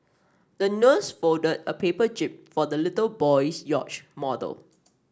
the nurse folded a paper jib for the little boy's yacht model